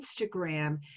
Instagram